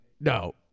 no